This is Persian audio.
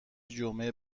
جمعه